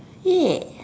yeah